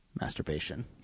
masturbation